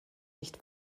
nicht